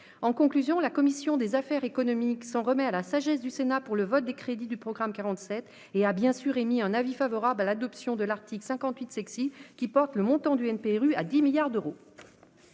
En conclusion, la commission des affaires économiques s'en remet à la sagesse du Sénat pour le vote des crédits du programme 147 et émet un avis favorable sur l'adoption de l'article 58 , qui porte le montant du NPNRU à 10 milliards d'euros.